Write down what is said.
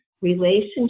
relationship